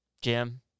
Jim